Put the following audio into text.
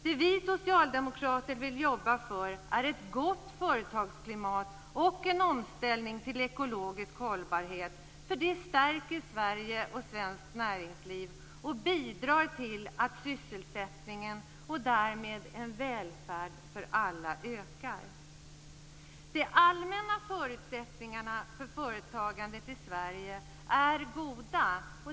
Det vi socialdemokrater vill jobba för är ett gott företagsklimat och en omställning till ekologisk hållbarhet - för det stärker Sverige och svenskt näringsliv, bidrar till sysselsättningen ökar och därmed en välfärd för alla. Sverige är goda.